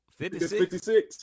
56